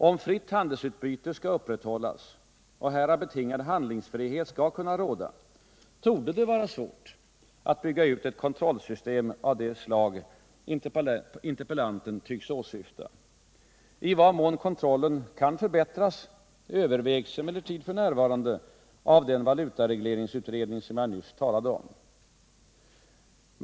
Om fritt handelsutbyte skall upprätthållas och härav betingad handlingsfrihet skall kunna råda, torde det vara svårt att bygga ut ett kontrollsystem av det slag interpellanten tycks åsyfta. I vad mån kontrollen kan förbättras övervägs emellertid f. n. av den valutaregleringsutredning som jag nyss talade om.